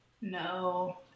No